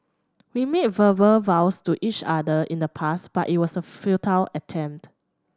we made verbal vows to each other in the past but it was a futile attempt